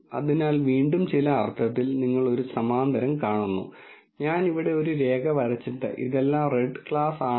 അതിനാൽ ഇത് മനസ്സിലാക്കേണ്ട ഒരു പ്രധാന കാര്യമാണ് വരുന്ന സ്ലൈഡിൽ ഞാൻ ഇതിനെ ടെക്നിക്കുകളിലേക്കും ഡാറ്റാ സയൻസിലേക്കും ബന്ധിപ്പിക്കാൻ പോകുന്നു